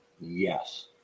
Yes